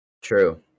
True